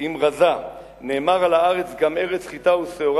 אם רזה"; נאמר על הארץ גם "ארץ חטה ושערה